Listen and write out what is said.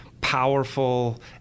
powerful